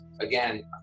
again